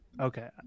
Okay